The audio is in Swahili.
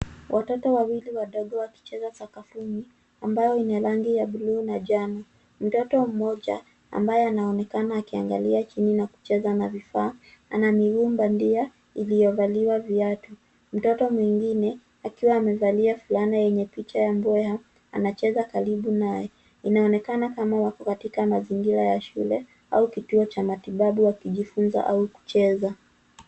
Watoto wawili wadogo wakicheza sakafuni, ambayo ni rangi ya buluu na njano. Mtoto mmoja ambaye anaonekana akiangalia chini na kucheza na vifaa, ana miguu bandia iliyovaliwa viatu. Mtoto mwengine akiwa amevalia fulana yenye picha ya mbweha, anacheza karibu naye. Inaonekana kama wako katika mazingira ya shule au kituo cha matibabu wakijifunza au kucheza.